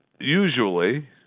usually